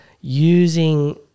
using